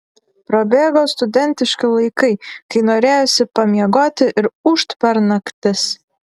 prabėgo studentiški laikai kai norėjosi pamiegoti ir ūžt per naktis